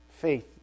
faith